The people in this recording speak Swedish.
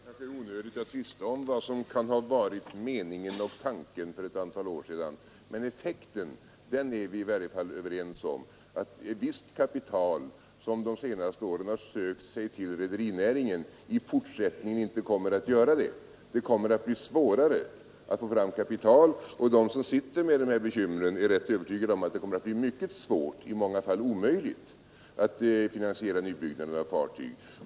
Herr talman! Det kanske är onödigt att tvista om vad som kan ha varit meningen för ett antal år sedan, men effekten är vi i varje fall överens om, nämligen att visst kapital som de senaste åren har sökt sig till rederinäringen i fortsättningen inte kommer att göra det. Det kommer att bli svårare att få fram kapital. De som sitter med de här bekymren är rätt övertygade om att det blir svårt, i många fall omöjligt, att finansiera nybyggnaden av fartyg.